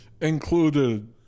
included